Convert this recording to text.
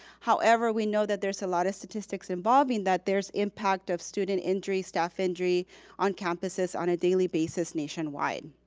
however, we know that there's a lot of statistics involving that there's impact of student injury, staff injury on campuses on a daily basis nationwide.